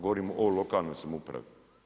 Govorim o lokalnoj samoupravi.